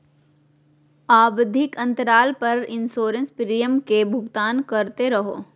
आवधिक अंतराल पर इंसोरेंस प्रीमियम के भुगतान करते रहो